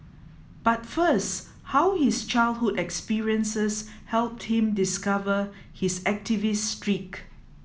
but first how his childhood experiences helped him discover his activist streak